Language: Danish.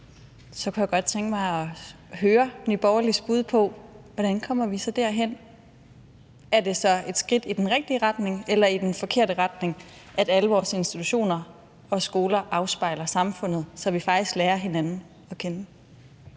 så kunne jeg godt tænke mig at høre Nye Borgerliges bud på, hvordan vi så kommer derhen. Er det så et skridt i den rigtige retning eller i den forkerte retning, at alle vores institutioner og skoler afspejler samfundet, så vi faktisk lærer hinanden at kende?